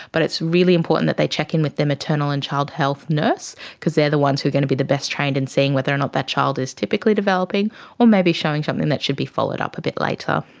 but it's really important that they check in with their maternal and child health nurse because they are the ones who are going to be the best trained in seeing whether or not that child is typically developing or maybe showing something that should be followed up a bit later.